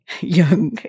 young